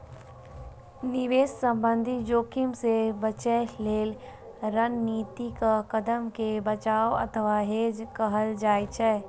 निवेश संबंधी जोखिम सं बचय लेल रणनीतिक कदम कें बचाव अथवा हेज कहल जाइ छै